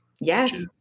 Yes